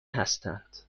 هستند